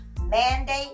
mandate